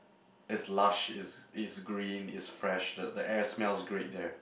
it's lush it's it's green it's fresh the air smells great there